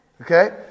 Okay